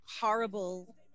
horrible